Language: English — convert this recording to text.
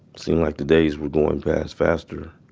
seemed like the days were going past faster.